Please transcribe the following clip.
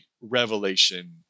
revelation